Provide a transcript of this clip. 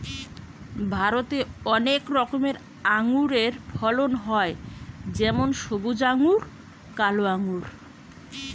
ভারতে অনেক রকমের আঙুরের ফলন হয় যেমন সবুজ আঙ্গুর, কালো আঙ্গুর